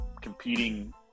competing